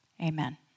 Amen